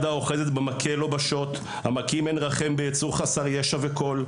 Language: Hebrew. האוחזת במקל או בשוט המכים ללא רחם ביצור חסר ישע וכול,